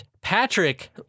Patrick